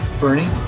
Bernie